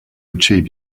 achieve